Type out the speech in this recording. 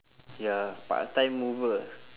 ya part-time mover